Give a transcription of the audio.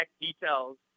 details